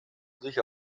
sicher